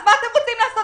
אז מה אתם רוצים לעשות?